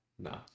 No